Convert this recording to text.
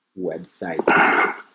website